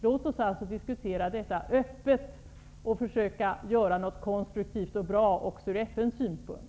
Låt oss alltså diskutera detta öppet och försöka göra något som är konstruktivt och bra också från FN:s synpunkt!